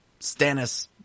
stannis